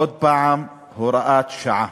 עוד הפעם הוראת שעה.